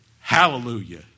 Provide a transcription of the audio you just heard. Hallelujah